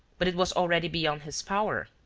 but it was already beyond his power.